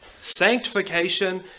Sanctification